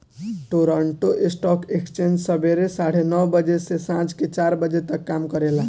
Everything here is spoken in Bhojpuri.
टोरंटो स्टॉक एक्सचेंज सबेरे साढ़े नौ बजे से सांझ के चार बजे तक काम करेला